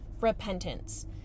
repentance